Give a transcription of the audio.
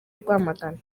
rwamagana